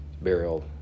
burial